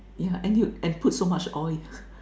yeah and you and put so much oil